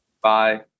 bye